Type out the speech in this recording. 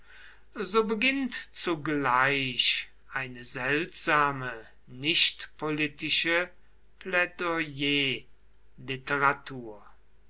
so beginnt zugleich eine seltsame nichtpolitische plädoyerliteratur